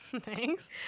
Thanks